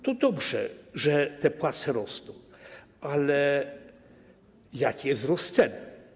To dobrze, że te płace rosną, ale jaki jest wzrost cen?